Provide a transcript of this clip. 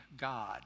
God